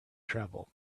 travel